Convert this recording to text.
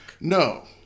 No